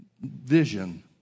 vision